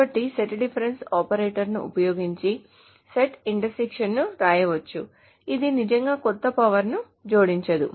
కాబట్టి set difference ఆపరేటర్ను ఉపయోగించి సెట్ ఇంటర్సెక్షన్ ను వ్రాయవచ్చు ఇది నిజంగా కొత్తపవర్ ని జోడించదు